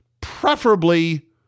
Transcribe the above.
preferably